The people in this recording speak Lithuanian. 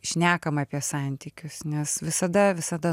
šnekama apie santykius nes visada visada